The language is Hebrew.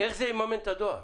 איך זה יממן את הדואר?